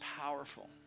powerful